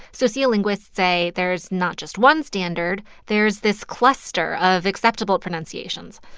sociolinguists say there's not just one standard, there's this cluster of acceptable pronunciations.